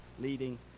leading